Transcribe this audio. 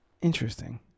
Interesting